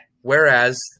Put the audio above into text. whereas